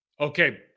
Okay